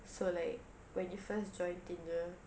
so like when you first join tinder